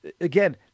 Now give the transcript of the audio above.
again